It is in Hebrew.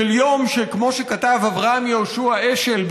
של יום שכמו שכתב אברהם יהושע השל,